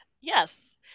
Yes